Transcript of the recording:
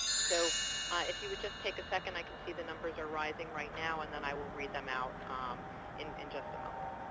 so if you would just take a second, i can see that the numbers are rising right now, and then i will read them out um in and just a moment.